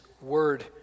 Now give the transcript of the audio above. word